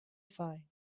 fine